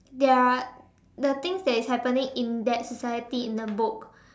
there are the things that is happening in that society in the book